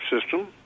system